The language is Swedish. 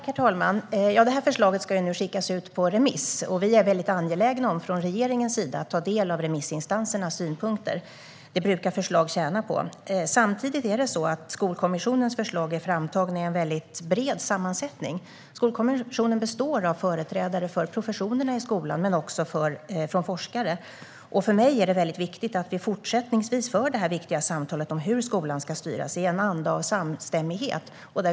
Herr talman! Det här förslaget ska nu skickas ut på remiss. Vi från regeringen är väldigt angelägna om att ta del av remissinstansernas synpunkter. Det brukar förslag tjäna på. Samtidigt är Skolkommissionens förslag framtagna i en bred sammansättning. Skolkommissionen består av företrädare för professionerna i skolan och av forskare. För mig är det viktigt att vi fortsättningsvis för det angelägna samtalet om hur skolan ska styras i en anda av samstämmighet.